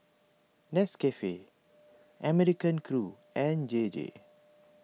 Nescafe American Crew and J J